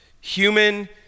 human